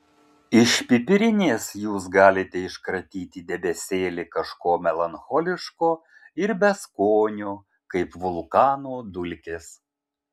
iš pipirinės jūs galite iškratyti debesėlį kažko melancholiško ir beskonio kaip vulkano dulkės